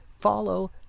Follow